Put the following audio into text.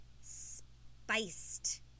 spiced